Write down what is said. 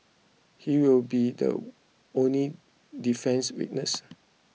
he will be the only defence witness